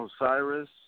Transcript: Osiris